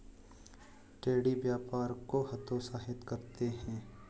tariff व्यापार को हतोत्साहित करते हैं